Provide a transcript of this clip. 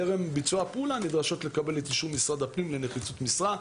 טרם ביצוע הפעולה נדרשות לקבל את אישור משרד הפנים לנחיצות משרה.